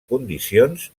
condicions